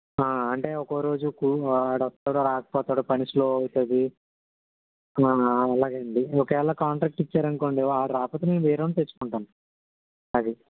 అంటే ఒక్కో రోజు కూ వాడు వస్తాడు రాకపోతాడు పని స్లో అవుతది అలాగే అండి ఒక వేళ కాంట్రాక్ట్ ఇచ్చారు అనుకోండి వాడు రాకపోతే మేం వేరే వాడిని తెచ్చుకుంటాం అది